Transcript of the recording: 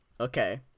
Okay